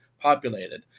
populated